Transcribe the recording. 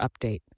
update